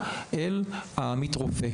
מהרופא לעמית רופא.